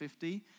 50